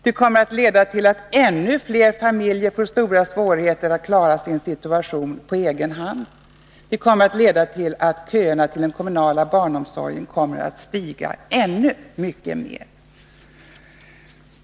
Det kommer att leda till att ännu fler familjer får stora svårigheter att klara sin situation på egen hand. Det kommer att leda till att köerna till den kommunala barnomsorgen ökar ännu mycket mer.